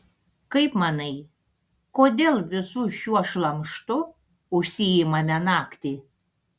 kaip manai kodėl visu šiuo šlamštu užsiimame naktį